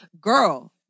girl